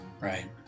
Right